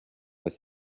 with